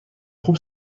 خوب